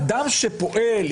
אדם שפועל,